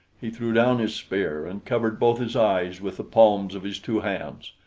he threw down his spear and covered both his eyes with the palms of his two hands.